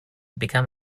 become